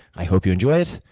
i hope you enjoy it.